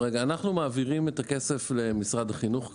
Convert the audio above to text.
אנחנו מעבירים את הכסף למשרד החינוך כמובן,